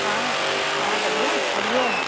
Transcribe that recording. हा हा भैया हरि ओम